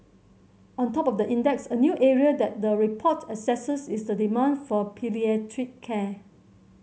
on top of the index a new area that the report assesses is the demand for palliative care